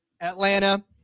Atlanta